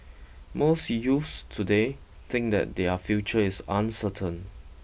most youths today think that their future is uncertain